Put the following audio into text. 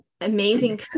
amazing